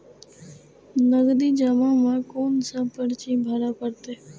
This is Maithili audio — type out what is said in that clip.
नगदी जमा में कोन सा पर्ची भरे परतें?